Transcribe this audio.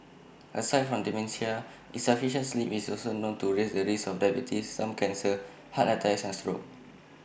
aside from dementia insufficient sleep is also known to raise the risk of diabetes some cancers heart attacks and stroke